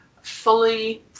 fully